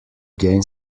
gain